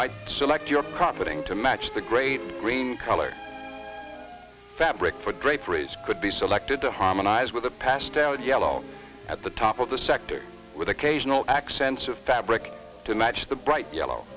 might select your carpeting to match the great green color fabric for draperies could be selected to harmonize with the passed out yellow at the top of the sector with occasional accents of fabric to match the bright yellow